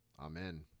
Amen